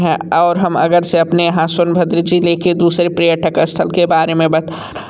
हैं और हम अगरचे अपने यहाँ सोनभद्र ज़िले के दुसरे पर्यटक स्थल के बारे में बता ना